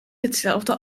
hetzelfde